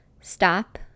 Stop